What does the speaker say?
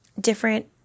different